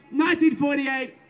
1948